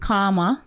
Karma